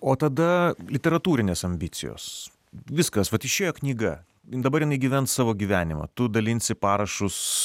o tada literatūrinės ambicijos viskas vat išėjo knyga dabar jinai gyvens savo gyvenimą tu dalinsi parašus